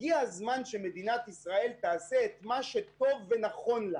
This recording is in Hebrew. הגיע הזמן שמדינת ישראל תעשה מה שטוב ונכון לה.